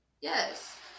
Yes